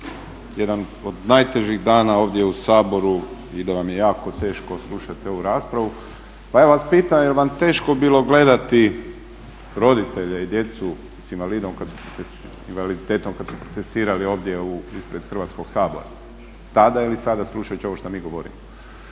jedan od najtežih dana ovdje u Saboru i da vam je jako teško slušati ovu raspravu, pa ja vas pitam je li vam teško bilo gledati roditelje i djecu sa invaliditetom kada su protestirali ovdje ispred Hrvatskoga sabora tada ili sada slušajući ovo što mi govorimo?